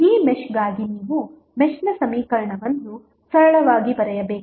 ಈ ಮೆಶ್ಗಾಗಿ ನೀವು ಮೆಶ್ನ ಸಮೀಕರಣವನ್ನು ಸರಳವಾಗಿ ಬರೆಯಬೇಕು